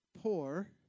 poor